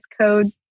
Code